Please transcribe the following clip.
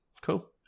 Cool